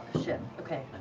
shit. okay.